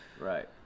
right